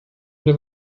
due